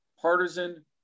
partisan